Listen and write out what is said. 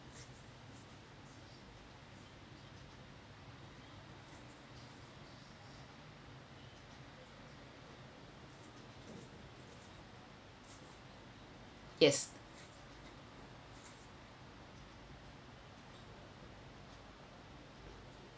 yes